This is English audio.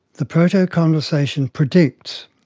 the proto-conversation predicts,